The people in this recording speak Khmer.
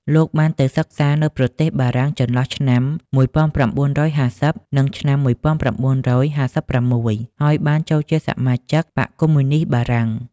លោកបាន ទៅសិក្សានៅប្រទេសបារាំង ចន្លោះឆ្នាំ ១៩៥០ និងឆ្នាំ១៩៥៦ ហើយបាន ចូលជាសមាជិបក្សកុម្មុយនីស្តបារាំង ។